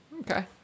Okay